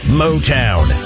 motown